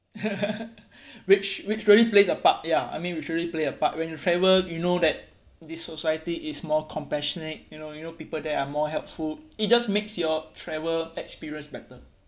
which which really plays a part ya I mean which really play a part when you travel you know that this society is more compassionate you know you know people there are more helpful it just makes your travel experience better